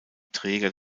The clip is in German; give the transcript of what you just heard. träger